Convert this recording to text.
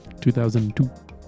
2002